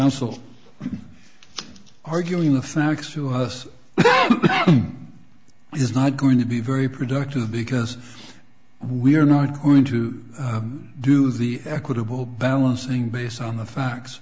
also arguing the facts to us is not going to be very productive because we're not going to do the equitable balancing based on the facts